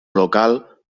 local